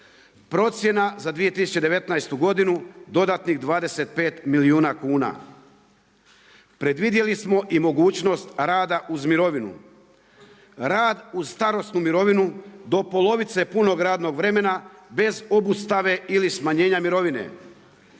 Procjena za 2019. godinu dodatnih 25 milijuna kuna. Predvidjeli smo i mogućnost rada uz mirovinu. Rad uz starosnu mirovinu do polovice punog radnog vremena bez obustave ili smanjenja mirovine,